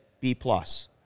B-plus